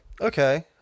Okay